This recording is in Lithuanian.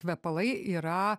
kvepalai yra